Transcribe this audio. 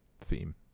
theme